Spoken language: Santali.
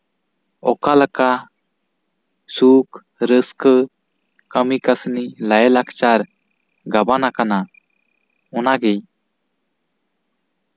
ᱚᱠᱟ ᱞᱮᱠᱟ ᱥᱩᱠ ᱨᱟᱹᱥᱠᱟᱹ ᱠᱟᱹᱢᱤ ᱠᱟᱥᱱᱤ ᱞᱟᱭᱼᱞᱟᱠᱪᱟᱨ ᱜᱟᱵᱟᱱ ᱟᱠᱟᱱᱟ ᱚᱱᱟ ᱜᱤᱧ